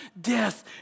death